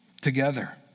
together